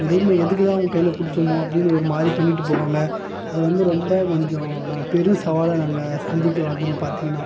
அந்த ரூமை எதுக்குதான் அவங்க கையில் கொடுத்தமோ அப்படினு ஒரு மாதிரி பண்ணிவிட்டு போவாங்க அதை வந்து ரொம்ப கொஞ்சம் நான் பெரும் சவாலாக நாங்கள் சந்திக்கிறோம் அதில் பார்த்தீங்கன்னா